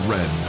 Red